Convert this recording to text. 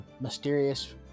mysterious